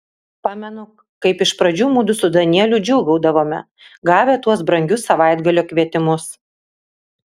pamenu kaip iš pradžių mudu su danieliu džiūgaudavome gavę tuos brangius savaitgalio kvietimus